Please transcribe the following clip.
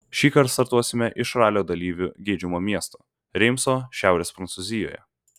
šįkart startuosime iš ralio dalyvių geidžiamo miesto reimso šiaurės prancūzijoje